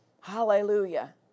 Hallelujah